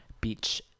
Beach